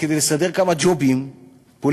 כדי לסדר כמה ג'ובים פוליטיים.